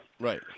Right